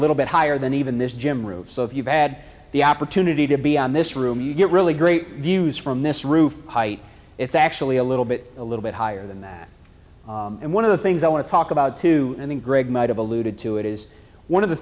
little bit higher than even this gym roof so if you had the opportunity to be on this room you get really great views from this roof height it's actually a little bit a little bit higher than that and one of the things i want to talk about too and then greg might have alluded to it is one of the